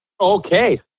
Okay